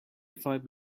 five